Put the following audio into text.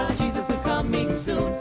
jesus is coming soon